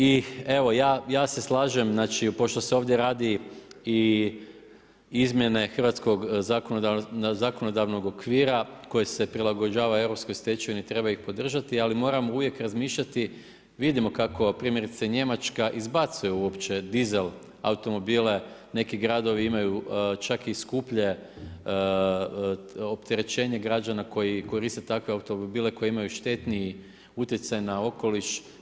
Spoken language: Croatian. I evo ja se slažem, znači pošto se ovdje radi i izmjene hrvatskog zakonodavnog okvira koje se prilagođava europskoj stečevini treba ih podržati ali moram uvijek razmišljati, vidimo kako primjerice Njemačka izbacuje uopće dizel automobile, neki gradovi imaju čak i skuplje opterećenje građana koji koriste automobile koji imaju štetni utjecaj na okoliš.